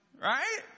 Right